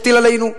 הטיל עלינו,